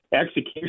execution